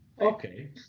Okay